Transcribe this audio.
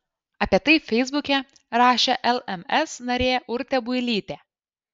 apie tai feisbuke rašė lms narė urtė builytė